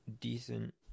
decent